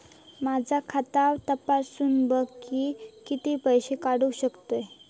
माझा खाता तपासून बघा मी किती पैशे काढू शकतय?